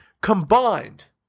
combined